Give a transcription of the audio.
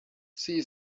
see